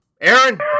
Aaron